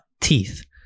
teeth